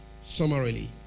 Summarily